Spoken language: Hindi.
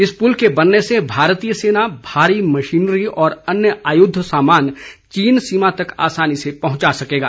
इस पुल के बनने से भारतीय सेना भारी मशीनरी और अन्य आयुद्ध सामान चीन सीमा तक आसानी से पहुंचा सकेगा